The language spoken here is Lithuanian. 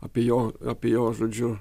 apie jo apie jo žodžiu